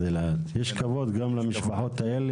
והרווחה,